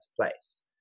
place